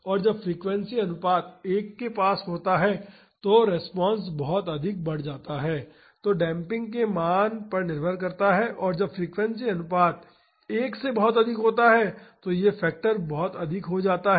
और जब फ्रीक्वेंसी अनुपात 1 के पास होता है तो रिस्पांस बहुत अधिक बढ़ जाता है जो डेम्पिंग के मान पर निर्भर करता है और जब फ्रीक्वेंसी अनुपात 1 से बहुत अधिक होता है तो यह फैक्टर बहुत अधिक हो जाता है